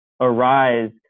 arise